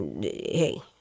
Hey